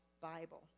Bible